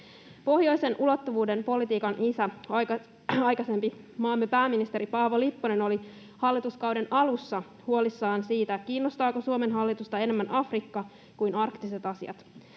Pohjoisen ulottuvuuden politiikan isä, aikaisempi maamme pääministeri Paavo Lipponen oli hallituskauden alussa huolissaan siitä, kiinnostaako Suomen hallitusta enemmän Afrikka kuin arktiset asiat.